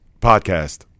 podcast